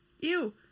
ew